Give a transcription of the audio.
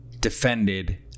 defended